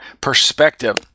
perspective